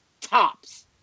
Tops